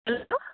hello